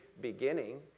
beginning